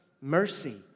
mercy